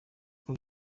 uko